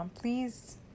please